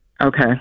Okay